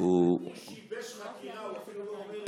הוא שיבש חקירה, הוא אפילו לא אומר את זה.